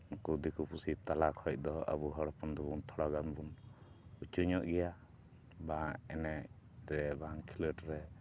ᱱᱩᱠᱩ ᱫᱤᱠᱩ ᱯᱩᱥᱤ ᱛᱟᱞᱟ ᱠᱷᱚᱱ ᱫᱚ ᱟᱵᱚ ᱦᱚᱲ ᱦᱚᱯᱚᱱ ᱫᱚᱵᱚᱱ ᱛᱷᱚᱲᱟᱜᱟᱱ ᱵᱚᱱ ᱩᱪᱩ ᱧᱚᱜ ᱜᱮᱭᱟ ᱵᱟᱝ ᱮᱱᱮᱡ ᱨᱮ ᱵᱟᱝ ᱠᱷᱮᱞᱳᱰ ᱨᱮ